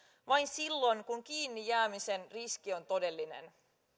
vain silloin kun kiinnijäämisen riski on todellinen